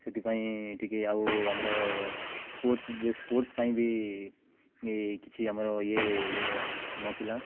ସେଥିପାଇଁ ଟିକେ ଆଉ ଆମର ସ୍ପୋର୍ଟସ୍ ସ୍ପୋର୍ଟସ୍ ପାଇଁ ବି କିଛି ଆମର ଇଏ ଇଏ ନଥିଲା